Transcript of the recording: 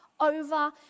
over